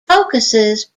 focuses